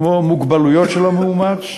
כמו מוגבלויות של המאומץ,